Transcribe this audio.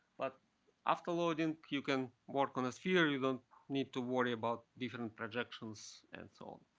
but after loading, you can work on a sphere. you don't need to worry about different projections and so on.